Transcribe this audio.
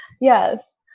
Yes